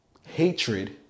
hatred